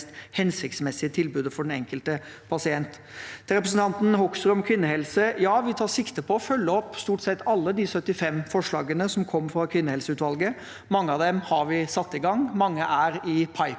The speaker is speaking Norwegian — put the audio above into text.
tilbudet for den enkelte pasient. Til representanten Hoksrud, om kvinnehelse: Ja, vi tar sikte på å følge opp stort sett alle de 75 forslagene som kom fra kvinnehelseutvalget. Mange av dem har vi satt i gang, mange er i pipelinen